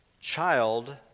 child